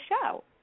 show